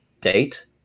date